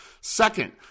Second